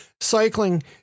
cycling